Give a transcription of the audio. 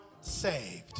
saved